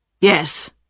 Yes